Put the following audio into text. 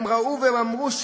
הם ראו והם אמרו,